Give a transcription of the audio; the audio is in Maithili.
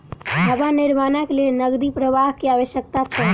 भवन निर्माणक लेल नकदी प्रवाह के आवश्यकता छल